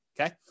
okay